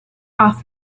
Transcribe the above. off